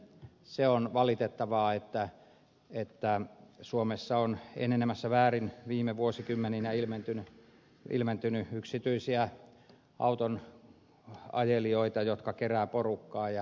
se on valitettavaa että suomeen on enenevässä määrin viime vuosikymmeninä ilmestynyt yksityisiä autonajelijoita jotka keräävät porukkaa ja rahastavat